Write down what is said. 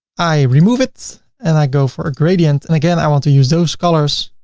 i remove it and i go for a gradient and again i want to use those colors.